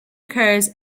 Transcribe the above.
occurs